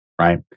Right